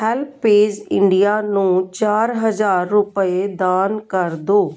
HelpAge India ਨੂੰ ਚਾਰ ਹਜ਼ਾਰ ਰੁਪਏ ਦਾਨ ਕਰ ਦੋ